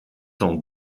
temps